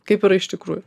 kaip yra iš tikrųjų